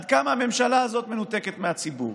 עד כמה הממשלה הזאת מנותקת מהציבור.